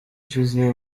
ishize